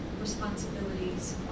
responsibilities